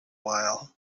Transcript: while